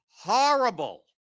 horrible